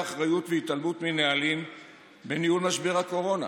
אחריות והתעלמות מנהלים בניהול משבר הקורונה.